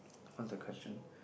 what's the question